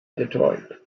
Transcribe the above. detroit